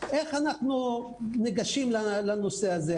איך אנחנו ניגשים לנושא הזה.